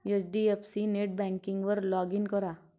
HDFC नेटबँकिंगवर log in करा